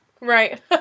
Right